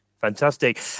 fantastic